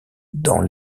dans